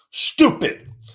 Stupid